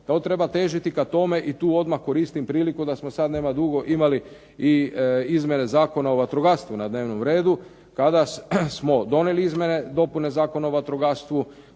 Treba težiti kao tome i tu odmah koristim priliku da smo sad nema dugo imali i izmjene Zakona o vatrogastvu na dnevnom redu, kada smo donijeli izmjene i dopune Zakona o vatrogastvu,